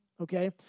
Okay